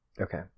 okay